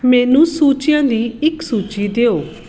ਮੈਨੂੰ ਸੂਚੀਆਂ ਦੀ ਇੱਕ ਸੂਚੀ ਦਿਓ